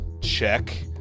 check